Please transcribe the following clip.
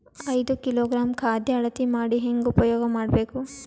ಐದು ಕಿಲೋಗ್ರಾಂ ಖಾದ್ಯ ಅಳತಿ ಮಾಡಿ ಹೇಂಗ ಉಪಯೋಗ ಮಾಡಬೇಕು?